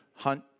hunt